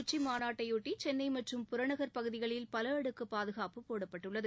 உச்சிமாநாட்டையொட்டி சென்னை மற்றும் புறநகர் பகுதிகளில் பல அடுக்கு பாதுகாப்பு போடப்பட்டுள்ளது